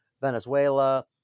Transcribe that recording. Venezuela